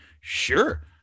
sure